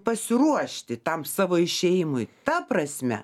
pasiruošti tam savo išėjimui ta prasme